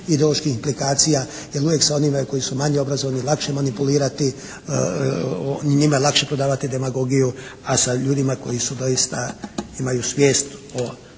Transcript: ideoloških implikacija jer uvijek se onima koji su manje obrazovani lakše manipulirati, njima je lakše prodavati demagogiju. A sa ljudima koji su doista, imaju svijest o